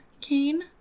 cane